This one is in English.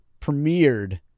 premiered